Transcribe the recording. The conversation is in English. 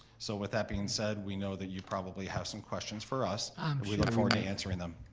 so with that being said, we know that you probably have some questions for us and we look forward to answering them.